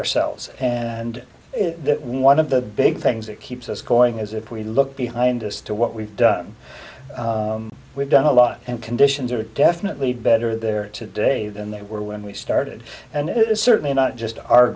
ourselves and one of the big things that keeps us going as if we look behind us to what we've done we've done a lot and conditions are definitely better there today than they were when we started and it is certainly not just our